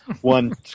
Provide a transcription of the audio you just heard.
One